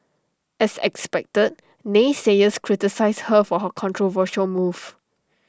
as expected naysayers criticised her for her controversial move